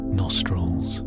nostrils